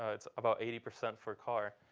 ah it's about eighty percent for a car.